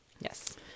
yes